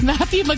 Matthew